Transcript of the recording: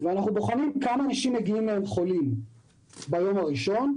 ואנחנו בוחנים כמה אנשים מגיעים מהן חולים ביום הראשון,